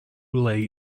late